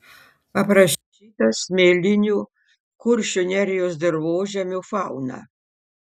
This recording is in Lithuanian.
aprašyta smėlinių kuršių nerijos dirvožemių fauna